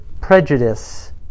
prejudice